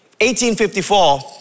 1854